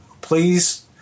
please